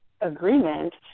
agreement